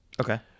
Okay